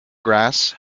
grass